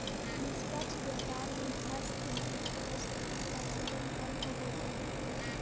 निष्पक्ष व्यापार में हस्तशिल्प वस्तुओं का चलन कम हो गईल है